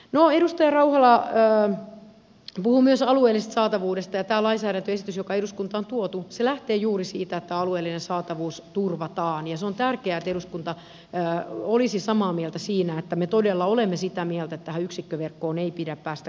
no edustaja rauhala puhui myös alueellisesta saatavuudesta ja tämä lainsäädäntöesitys joka eduskuntaan on tuotu lähtee juuri siitä että alueellinen saatavuus turvataan ja on tärkeää että eduskunta olisi samaa mieltä siinä että me todella olemme sitä mieltä että tähän yksikköverkkoon ei pidä päästä käsiksi